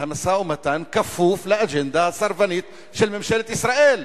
המשא-ומתן כפופים לאג'נדה הסרבנית של ממשלת ישראל.